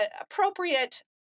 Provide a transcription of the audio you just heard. appropriate